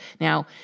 Now